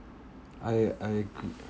I I agre~